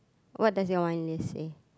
what does your wine list say